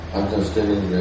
understanding